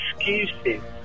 excuses